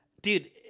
dude